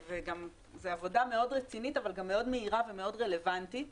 זה עבודה רצינית מאוד אבל גם מאירה מאוד ורלוונטית מאוד.